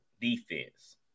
defense